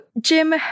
Jim